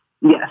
Yes